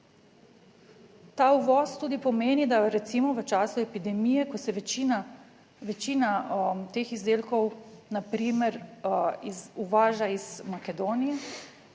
Ta uvoz tudi pomeni, da recimo v času epidemije, ko se večina, večina teh izdelkov na primer uvaža iz Makedonije